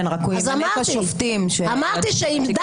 כן, רק שהוא ימנה את השופטים שישפטו אותו.